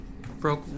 Broke